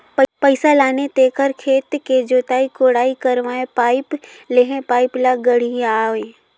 पइसा लाने तेखर खेत के जोताई कोड़ाई करवायें पाइप लेहे पाइप ल गड़ियाथे